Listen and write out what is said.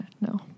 no